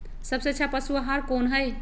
सबसे अच्छा पशु आहार कोन हई?